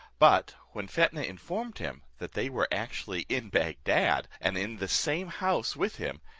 but when fetnah informed him, that they were actually in bagdad, and in the same house with him,